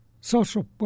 social